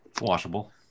Washable